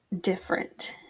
different